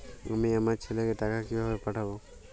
আমি আমার ছেলেকে টাকা কিভাবে পাঠাব?